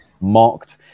mocked